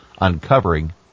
uncovering